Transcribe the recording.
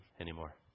anymore